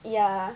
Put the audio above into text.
yeah